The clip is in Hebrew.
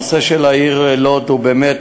הנושא של העיר לוד הוא באמת,